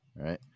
right